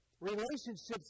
relationships